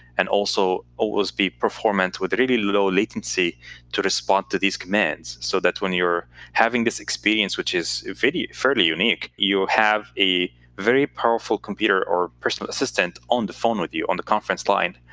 and also always be performance with really low latency to respond to these commands. so that's when you're having this experience, which is fairly unique, you have a very powerful computer or personal assistant on the phone with you on the conference line.